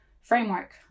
framework